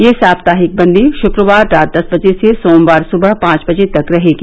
यह साप्ताहिक बन्दी शुक्रवार रात दस बजे से सोमवार सवह पांच बजे तक रहेगी